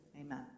Amen